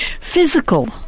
Physical